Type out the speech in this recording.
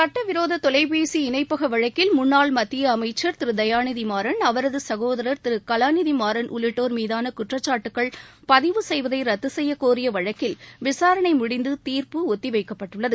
சட்டவிரோத தொலைபேசி இணைப்பகம் வழக்கில் முன்னாள் மத்திய அமைச்ச் திரு தயாநிதிமாறன் அவரது சகோதரா் திரு கலாநிதிமாறன் உள்ளிட்டோா் மீதான குற்றச்சாட்டுக்கள் பதிவு செய்வதை ரத்து செய்ய கோிய வழக்கில் விசாரணை முடிந்து தீர்ப்பு ஒத்தி வைக்கப்பட்டுள்ளது